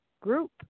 group